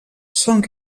són